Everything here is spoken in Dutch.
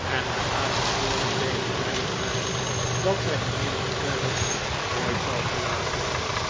en haar laatste woorden tegen mij waren dat zij mijnheer micawber nooit zou verlaten